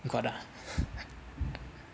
you got ah